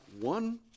one